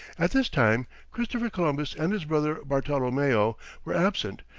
at this time christopher columbus and his brother bartolomeo were absent,